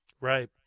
Right